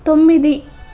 తొమ్మిది